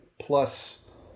Plus